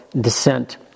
descent